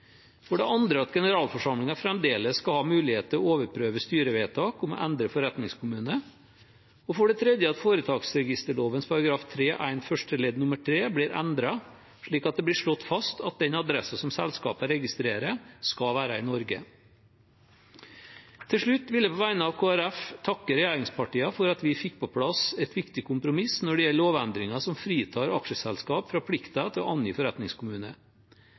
For det andre skal generalforsamlingen fremdeles ha mulighet til å overprøve styrevedtak om å endre forretningskommune. For det tredje blir foretaksregisterloven § 3-1 første ledd nr. 3 endret, slik at det blir slått fast at den adressen som selskapet registrerer, skal være i Norge. Til slutt vil jeg på vegne av Kristelig Folkeparti takke regjeringspartiene for at vi fikk på plass et viktig kompromiss når det gjelder lovendringen som fritar aksjeselskap fra plikten til å angi forretningskommune.